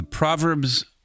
Proverbs